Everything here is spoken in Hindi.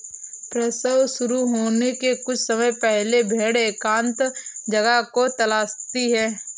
प्रसव शुरू होने के कुछ समय पहले भेड़ एकांत जगह को तलाशती है